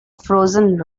frozen